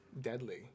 deadly